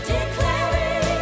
Declaring